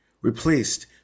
replaced